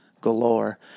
galore